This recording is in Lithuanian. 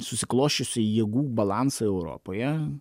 susiklosčiusį jėgų balansą europoje